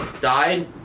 died